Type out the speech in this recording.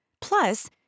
Plus